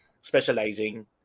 specializing